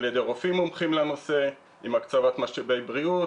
על ידי רופאים מומחים לנושא עם הקצאת משאבי בריאות